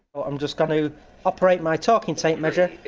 i'm just going to operate my talking tape measure,